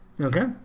Okay